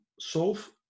solve